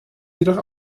jedoch